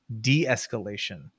de-escalation